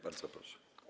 Bardzo proszę.